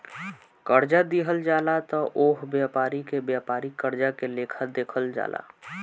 कर्जा दिहल जाला त ओह व्यापारी के व्यापारिक कर्जा के लेखा देखल जाला